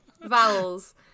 Vowels